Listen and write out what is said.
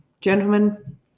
gentlemen